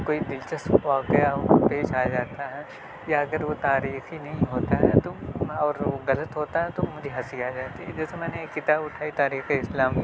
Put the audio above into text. کوئی دلچسپ واقعہ ہو پیش آ جاتا ہے یا اگر وہ تاریخی نہیں ہوتا ہے تو میں اور وہ غلط ہوتا ہے تو مجھے ہنسی آ جاتی ہے جیسے میں نے ایک کتاب اٹھائی تاریخ اسلام